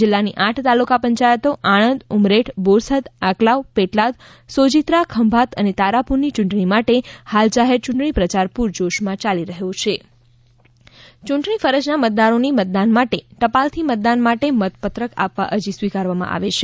જિલ્લાની આઠ તાલુકા પંચાયતો આણંદ ઉમરેઠ બોરસદ આંકલાવ પેટલાદ સોજિત્રા ખંભાત અને તારાપુરની યૂંટણી માટે હાલ જાહેર યુંટણી પ્રચાર પુર જોશમાં ચાલી રહ્યો છે પોસ્ટલ મત યૂંટણી ફરજના મતદારોની મતદાન માટે ટપાલથી મતદાન માટે મતપત્રક આપવા અરજી સ્વીકારવામાં આવે છે